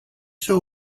sur